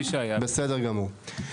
בסדר גמור.